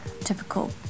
typical